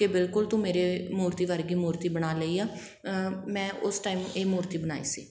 ਕਿ ਬਿਲਕੁਲ ਤੂੰ ਮੇਰੇ ਮੂਰਤੀ ਵਰਗੀ ਮੂਰਤੀ ਬਣਾ ਲਈ ਆ ਮੈਂ ਉਸ ਟਾਈਮ ਇਹ ਮੂਰਤੀ ਬਣਾਈ ਸੀ